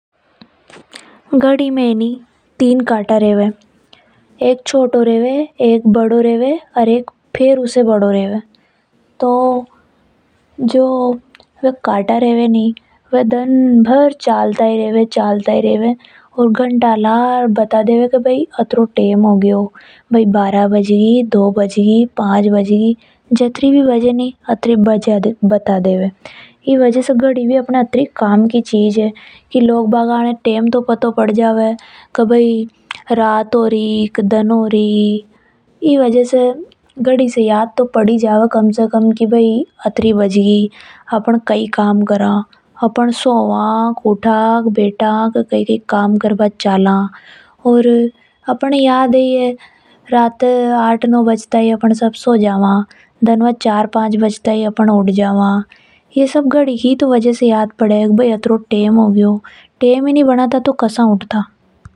घडी में तीन काटा रेवे एक छोटा ओर एक बड़ा ओर एक सबसे बड़ा रेवे है। ये काटा दन बर चाल था ही रेवे। और घंटा लार बता देवे की बई इतनों टैम हो गयो। बई बारा बजगी दो बजगी या फेर पांच बजगी। ई वजह से घड़ी अपने घणी काम की चीज है। ई वजह से यो पतों तो लग ही जावे कि रात होरी की दन हो रियो। अपन जो भी काम करा नि ज्यादातर टेम देखकर ही करा एनी वजह से घड़ी घणी काम ही चीज है।